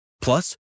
Plus